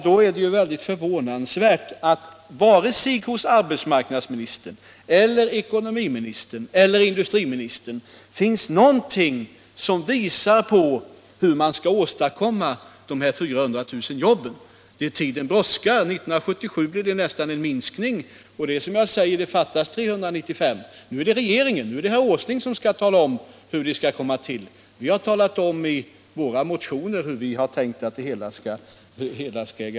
Då är det väldigt förvånansvärt att varken hos arbetsmarknadsministern eller ekonomimi nistern eller industriministern finns någonting som visar på hur man skall åstadkomma de här 400 000 jobben. Tiden brådskar. 1977 blir det nästan en minskning. I varje fall fattas det 395 000 jobb, och nu är det regeringen som skall tala om hur de skall komma till. Vi har talat om i våra motioner hur vi har tänkt att det hela skall ske.